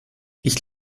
ich